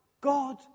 God